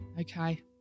okay